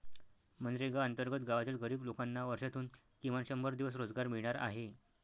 मनरेगा अंतर्गत गावातील गरीब लोकांना वर्षातून किमान शंभर दिवस रोजगार मिळणार आहे